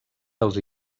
dels